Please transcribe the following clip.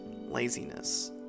Laziness